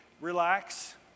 relax